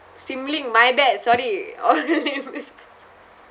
sim lim my bad sorry orh